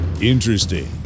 interesting